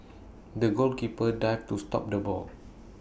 the goalkeeper dived to stop the ball